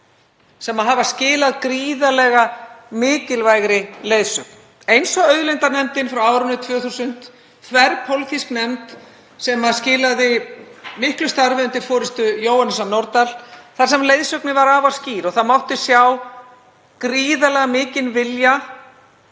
sem hafa skilað gríðarlega mikilvægri leiðsögn eins og auðlindanefndin frá árinu 2000, þverpólitísk nefnd sem skilaði miklu starfi undir forystu Jóhannesar Nordals þar sem leiðsögnin var afar skýr. Þar mátti sjá gríðarlega mikinn vilja